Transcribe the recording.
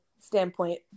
standpoint